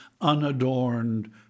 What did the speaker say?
unadorned